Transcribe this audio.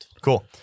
Cool